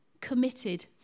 committed